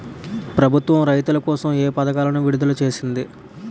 ప్రభుత్వం రైతుల కోసం ఏ పథకాలను విడుదల చేసింది?